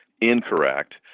incorrect